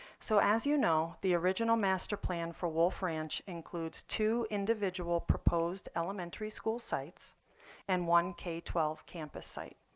so as you know, the original master plan for wolf ranch includes two individual proposed elementary school sites and one k twelve campus site.